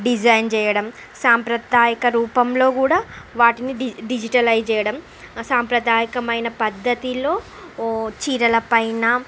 design చేయడం సాంప్రదాయక రూపంలో కూడా వాటిని డిజి డిజిటలైజ్ చేయడం అ సాంప్రదాయకమైన పద్ధతిలో ఓ చీరల పైన